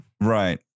right